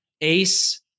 Ace